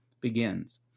begins